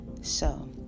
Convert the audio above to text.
So